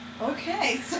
Okay